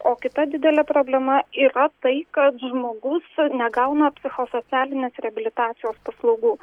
o kita didelė problema yra tai kad žmogus negauna psichosocialinės reabilitacijos paslaugų